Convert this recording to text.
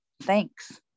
Thanks